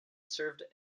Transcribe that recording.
served